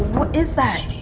what is that?